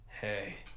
Hey